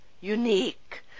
unique